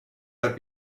have